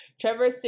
Trevor